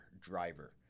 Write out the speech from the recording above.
driver